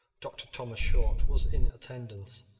doctor thomas short, was in attendance.